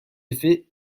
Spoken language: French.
effets